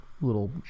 little